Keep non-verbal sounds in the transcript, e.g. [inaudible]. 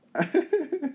[laughs]